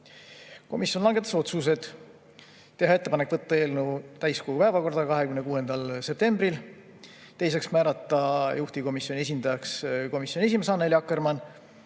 Komisjon langetas otsused. [Esiteks,] teha ettepanek võtta eelnõu täiskogu päevakorda 26. septembril. Teiseks, määrata juhtivkomisjoni esindajaks komisjoni esimees Annely Akkermann,